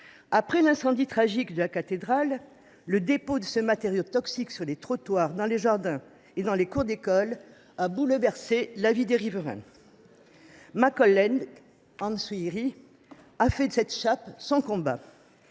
de l’incendie tragique de la cathédrale, le dépôt de ce matériau toxique sur les trottoirs, dans les jardins et dans les cours d’école a bouleversé la vie des riverains. Ma collègue Anne Souyris a fait de cette chape son combat.